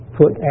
put